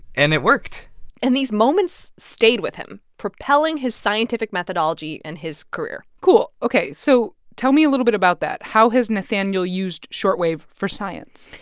and it worked and these moments stayed with him, propelling his scientific methodology and his career cool. ok, so tell me a little bit about that. how has nathaniel used shortwave for science?